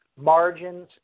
margins